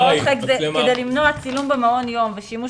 "כדי למנוע צילום במעון יום ושימוש